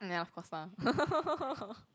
ya of course lah